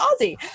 Aussie